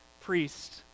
priest